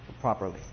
properly